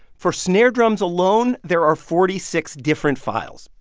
for snare drums alone, there are forty six different files,